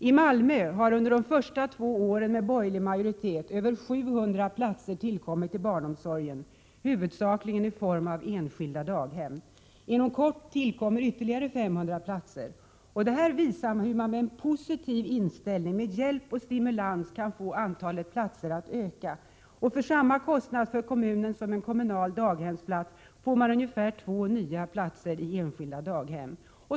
I Malmö har under de två första åren med borgerlig majoritet över 700 platser tillkommit i barnomsorgen, huvudsakligen i form av enskilda daghem. Inom kort tillkommer ytterligare 500 platser. Detta visar hur man med en positiv inställning, med hjälp och stimulans, kan få antalet platser att öka. För samma kostnad för kommunen som en kommunal daghemsplats får man ungefär två nya platser i enskilda daghem.